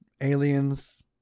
Aliens